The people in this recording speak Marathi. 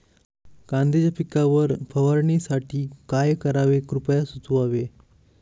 कांद्यांच्या पिकावर फवारणीसाठी काय करावे कृपया सुचवावे